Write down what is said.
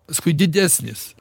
paskui didesnis